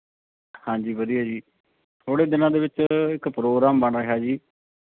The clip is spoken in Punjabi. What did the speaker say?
ਹਾਂਜੀ ਵਧੀਆ ਜੀ ਥੋੜੇ ਦਿਨਾਂ ਦੇ ਵਿੱਚ ਇੱਕ ਪ੍ਰੋਗਰਾਮ ਬਣ ਰਿਹਾ ਜੀ